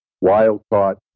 wild-caught